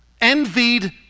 envied